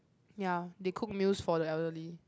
ya they cook meals for the elderly